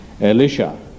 Elisha